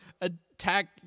attack